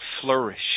flourish